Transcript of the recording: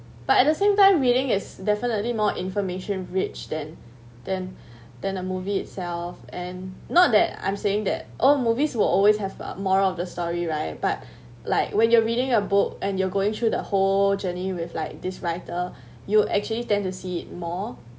but at the same time reading is definitely more information rich than than than a movie itself and not that I'm saying that all movies will always have a moral of the story right but like when you're reading a book and you're going through the whole journey with like this writer you actually tend to see it more